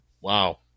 wow